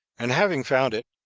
and having found it,